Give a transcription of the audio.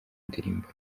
ndirimbo